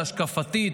ההשקפתית,